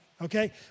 Okay